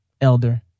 elder